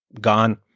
gone